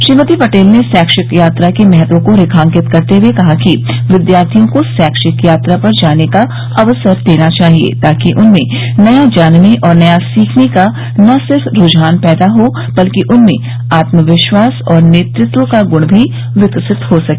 श्रीमती पटेल ने शैक्षिक यात्रा के महत्व को रेखांकित करते हुए कहा कि विद्यार्थियों को शैक्षिक यात्रा पर जाने का अवसर देना चाहिए ताकि उनमें नया जानने और नया सीखने का न सिर्फ़ रूझान पैदा हो बल्कि उनमें आत्मविश्वास और नेतृत्व का गुण भी विकसित हो सके